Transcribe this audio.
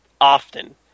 Often